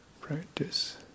practice